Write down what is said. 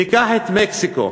ניקח את מקסיקו,